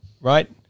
right